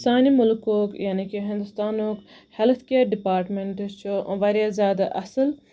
سانہِ مُلکُک یعنے کہِ ہِندوستانُک ہٮ۪لٕتھ کِیر ڈِپاٹمینٹہٕ چھُ واریاہ زیادٕ اَصٕل